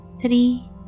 three